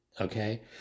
okay